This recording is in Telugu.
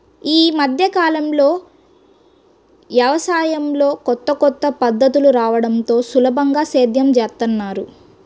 యీ మద్దె కాలంలో యవసాయంలో కొత్త కొత్త పద్ధతులు రాడంతో సులభంగా సేద్యం జేత్తన్నారు